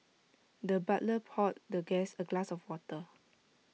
the butler poured the guest A glass of water